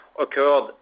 occurred